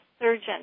surgeon